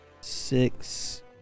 six